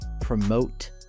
promote